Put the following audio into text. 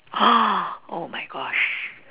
oh my Gosh